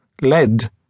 lead